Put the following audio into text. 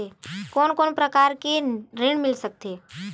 कोन कोन प्रकार के ऋण मिल सकथे?